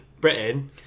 Britain